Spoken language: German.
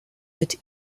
mit